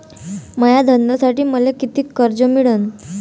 माया धंद्यासाठी मले कितीक कर्ज मिळनं?